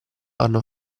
hanno